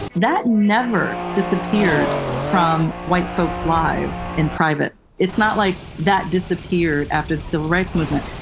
that never disappeared from white folks' lives in private. it's not like that disappeared after the civil rights movement.